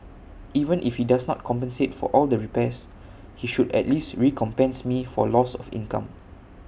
even if he does not compensate for all the repairs he should at least recompense me for loss of income